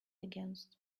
against